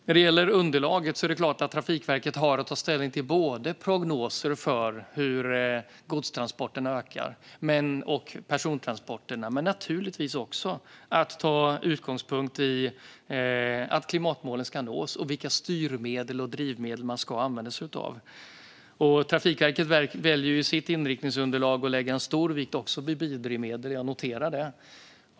Vad gäller underlaget har Trafikverket att ta ställning till prognoser för hur godstransporten och persontransporter kommer att öka, men naturligtvis måste de också ta utgångspunkt i att klimatmålen ska nås och vilka styrmedel och drivmedel man ska använda sig av. Jag noterar att Trafikverket i sitt inriktningsunderlag väljer att lägga stor vikt vid biodrivmedel.